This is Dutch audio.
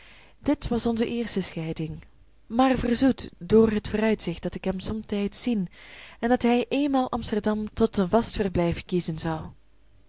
dit was onze eerste scheiding maar verzoet door het vooruitzicht dat ik hem somtijds zien en dat hij eenmaal amsterdam tot zijn vast verblijf kiezen zou